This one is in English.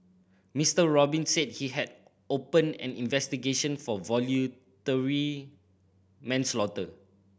Mister Robin said he had opened an investigation for voluntary manslaughter